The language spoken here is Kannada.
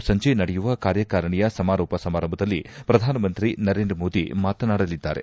ಇಂದು ಸಂಜೆ ನಡೆಯುವ ಕಾರ್ಯಕಾರಿಣೆಯ ಸಮಾರೋಪ ಸಮಾರಂಭದಲ್ಲಿ ಪ್ರಧಾನಮಂತ್ರಿ ನರೇಂದ್ರ ಮೋದಿ ಮಾತನಾಡಲಿದ್ದಾರೆ